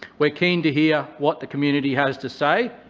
we're keen to hear what the community has to say,